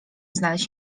znaleźć